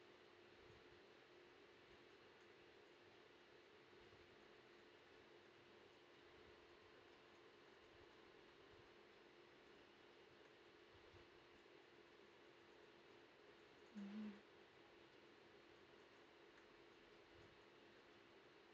mm